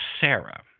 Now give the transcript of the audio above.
Sarah